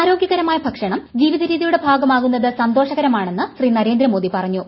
ആരോഗ്യകരമായ ഭക്ഷണം ജീവിതരീതിയുടെ ഭാഗമാകുന്നത് സന്തോഷകരമാണെന്ന് ശ്രീ നരേന്ദ്രമോദി പറഞ്ഞു